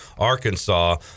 Arkansas